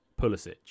Pulisic